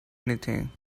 anything